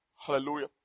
Hallelujah